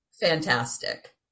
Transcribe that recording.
fantastic